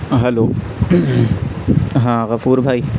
hello ہاں غفور بھائی